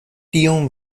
tion